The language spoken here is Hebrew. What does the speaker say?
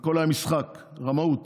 הכול היה משחק, רמאות